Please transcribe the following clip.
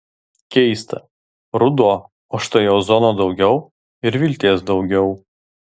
keista ruduo o štai ozono daugiau ir vilties daugiau